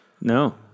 No